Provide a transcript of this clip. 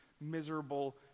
miserable